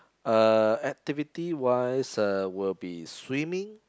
uh activity wise uh will be swimming